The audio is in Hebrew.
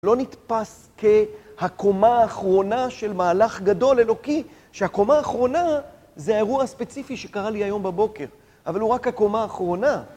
לא נתפס כהקומה האחרונה של מהלך גדול אלוקי, שהקומה האחרונה זה האירוע הספציפי שקרה לי היום בבוקר, אבל הוא רק הקומה האחרונה